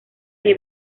que